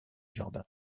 jardin